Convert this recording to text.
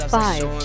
five